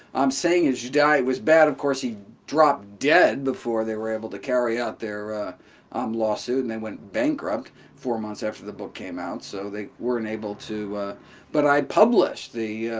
i'm saying is diet was bad. of course he dropped dead before they were able to carry out their um law suit and they went bankrupt four months after the book came out, so they weren't able to but i published the,